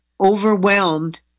overwhelmed